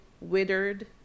withered